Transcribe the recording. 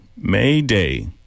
Mayday